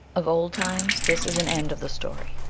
of old times. this is an end of the story.